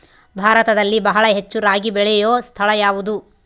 ಭಾರತದಲ್ಲಿ ಬಹಳ ಹೆಚ್ಚು ರಾಗಿ ಬೆಳೆಯೋ ಸ್ಥಳ ಯಾವುದು?